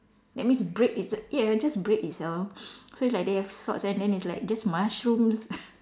that means bread is j~ ya just bread itself so it's like they have sauce and then it's like just mushrooms